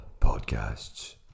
Podcasts